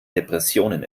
depressionen